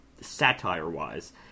satire-wise